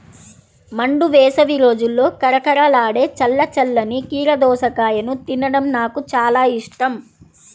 మండు వేసవి రోజుల్లో కరకరలాడే చల్ల చల్లని కీర దోసకాయను తినడం నాకు చాలా ఇష్టం